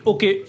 Okay